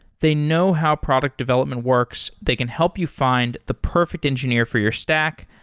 they know how product development works. they can help you find the perfect engineer for your stack,